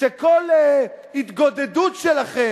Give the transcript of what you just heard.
כשכל התגודדות שלכם,